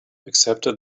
accepted